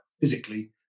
physically